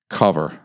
cover